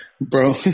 Bro